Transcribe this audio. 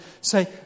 say